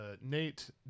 Nate